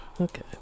okay